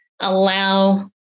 allow